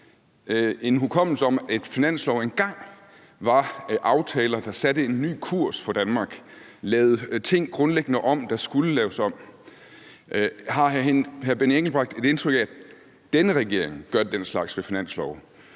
i hukommelsen, at finanslove engang var aftaler, der satte en ny kurs for Danmark og lavede ting, der skulle laves om, grundlæggende om? Har hr. Benny Engelbrecht et indtryk af, at denne regering gør den slags med finansloven?